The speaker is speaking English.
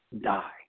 die